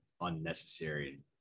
unnecessary